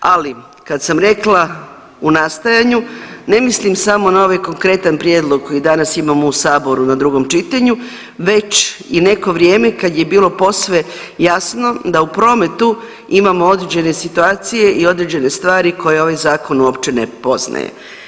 Ali kad sam rekla u nastajanju ne mislim samo na ovaj konkretan prijedlog koji danas imamo u saboru na drugom čitanju već i neko vrijeme kad je bilo posve jasno da u prometu imamo određene situacije i određene stvari koje ovaj zakon uopće ne poznaje.